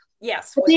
Yes